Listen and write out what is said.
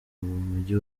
mujyi